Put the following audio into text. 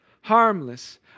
harmless